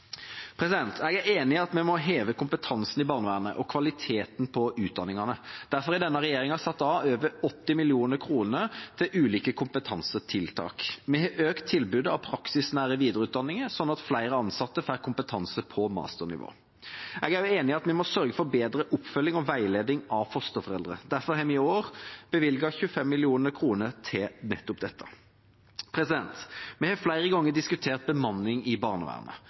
Jeg er enig i at vi må heve kompetansen i barnevernet og kvaliteten på utdanningene. Derfor har denne regjeringa satt av over 80 mill. kr til ulike kompetansetiltak. Vi har økt tilbudet av praksisnære videreutdanninger, slik at flere ansatte får kompetanse på masternivå. Jeg er også enig i at vi må sørge for bedre oppfølging og veiledning av fosterforeldre. Derfor har vi i år bevilget 25 mill. kr til nettopp dette. Vi har flere ganger diskutert bemanning i barnevernet.